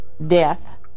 death